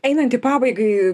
einant į pabaigai